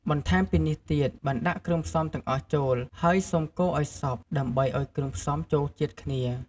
បន្ថែមពីនេះទៀត បានដាក់គ្រឿងផ្សំទាំងអស់ចូលហើយ សូម កូរឲ្យសព្វ ដើម្បីឲ្យគ្រឿងផ្សំចូលជាតិគ្នា។